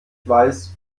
weiß